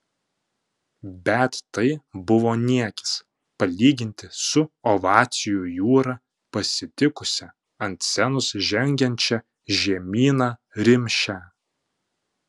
bet tai buvo niekis palyginti su ovacijų jūra pasitikusia ant scenos žengiančią žemyną rimšę